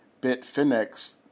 Bitfinex